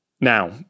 Now